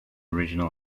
original